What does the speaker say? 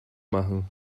machen